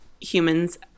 humans